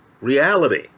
reality